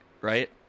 Right